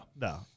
No